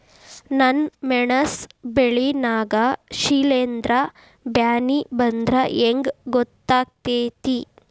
ನನ್ ಮೆಣಸ್ ಬೆಳಿ ನಾಗ ಶಿಲೇಂಧ್ರ ಬ್ಯಾನಿ ಬಂದ್ರ ಹೆಂಗ್ ಗೋತಾಗ್ತೆತಿ?